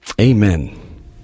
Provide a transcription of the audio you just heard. amen